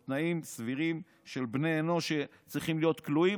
או תנאים סבירים של בני אנוש שצריכים להיות כלואים,